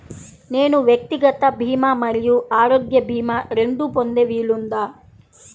నేను వ్యక్తిగత భీమా మరియు ఆరోగ్య భీమా రెండు పొందే వీలుందా?